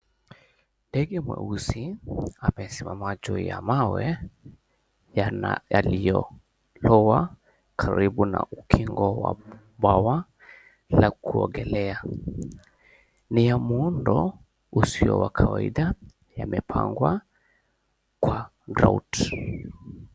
Ndege mweusi amesimama juu ya mawe yaliyoloa karibu na ukingo wa bwawa la kuogelea. Ni ya muundo usio wa kawaida. Yamepangwa kwa drought .